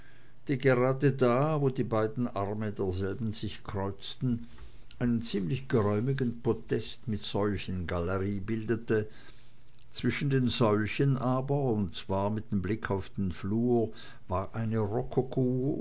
die gerade da wo die beiden arme derselben sich kreuzten einen ziemlich geräumigen podest mit säulchengalerie bildete zwischen den säulchen aber und zwar mit blick auf den flur war eine